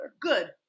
Good